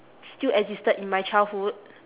still existed in my childhood